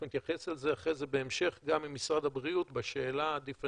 אנחנו נתייחס לזה אחרי זה בהמשך גם עם משרד הבריאות בשאלה הדיפרנציאלית,